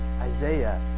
Isaiah